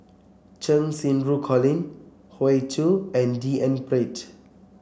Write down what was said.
Cheng Xinru Colin Hoey Choo and D N Pritt